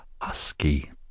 husky